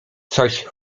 coś